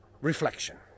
reflection